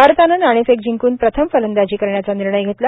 भारतानं नाणेफेक जिंकून प्रथम फलंदाजी करण्याचा निर्णय घेतला